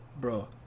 Bro